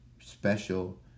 special